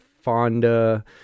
fonda